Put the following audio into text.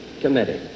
Committee